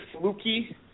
fluky